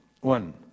one